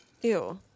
ew